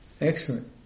Excellent